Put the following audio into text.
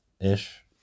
ish